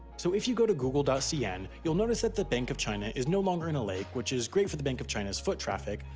so if you go to google cn, you'll notice that the bank of china is no longer in a lake which is great for the bank of china's foot traffic,